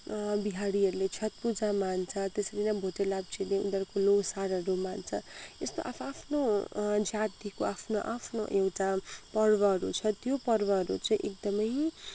बिहारीहरूले छट पूजा मान्छ त्यसरी नै भोटे लाप्चेले उनीहरूको लोसारहरू मान्छ यस्तो आआफ्नो जातिको आफ्नो आफ्नो एउटा पर्वहरू छ त्यो पर्वहरू चाहिँ एकदमै